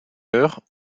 heure